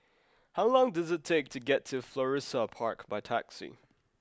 how long does it take to get to Florissa Park by taxi